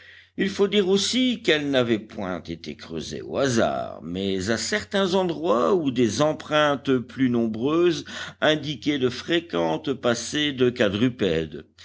il faut dire aussi qu'elles n'avaient point été creusées au hasard mais à certains endroits où des empreintes plus nombreuses indiquaient de fréquentes passées de quadrupèdes